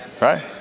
Right